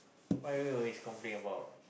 what you always complain about